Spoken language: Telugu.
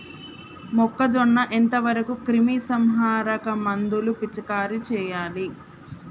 మొక్కజొన్న ఎంత వరకు క్రిమిసంహారక మందులు పిచికారీ చేయాలి?